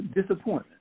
Disappointment